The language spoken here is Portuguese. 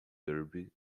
derby